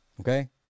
Okay